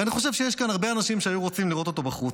ואני חושב שיש כאן הרבה אנשים שהיו רוצים לראות אותו בחוץ,